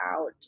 out